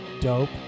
Dope